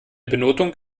benotung